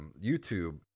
YouTube